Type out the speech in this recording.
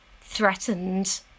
threatened